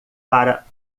para